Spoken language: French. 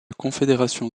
confédération